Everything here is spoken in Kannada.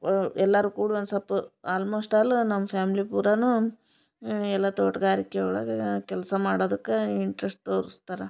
ಅ ಎಲ್ಲಾರು ಕೂಡಿ ಒಂದು ಸೊಲ್ಪ ಆಲ್ಮೋಸ್ಟ್ ಆಲ್ ನಮ್ಮ ಫ್ಯಾಮ್ಲಿ ಪುರಾನು ಎಲ್ಲ ತೋಟಗಾರಿಕೆ ಒಳಗ ಕೆಲಸ ಮಾಡದುಕ್ಕ ಇಂಟ್ರೆಸ್ಟ್ ತೋರುಸ್ತಾರ